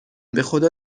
بخدا